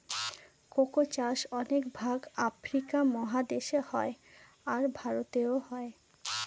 cocoa চাষ অনেক ভাগ আফ্রিকা মহাদেশে হয়, আর ভারতেও হয়